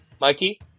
Mikey